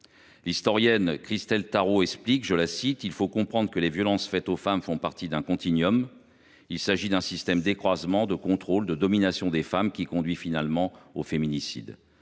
L’historienne Christelle Taraud l’explique :« Il faut comprendre que les violences faites aux femmes font partie d’un continuum. Il s’agit d’un système d’écrasement, de contrôle et de domination des femmes qui conduit finalement […] au féminicide.